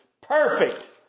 Perfect